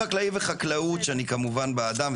שאני כמובן בעדם,